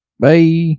Bye